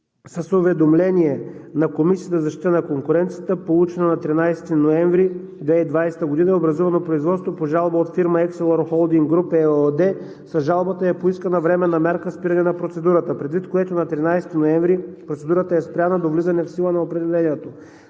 с уведомление на Комисията за защита на конкуренцията, получено на 13 ноември 2020 г., е образувано производство по жалба от фирма „Екселор Холдинг Груп“ ЕООД. С жалбата е поискана временна мярка – спиране на процедурата. Предвид на това на 13 ноември процедурата е спряна до влизане в сила на определението,